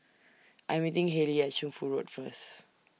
I Am meeting Hailee At Shunfu Road First